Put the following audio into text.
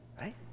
right